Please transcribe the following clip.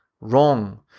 Wrong